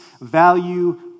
value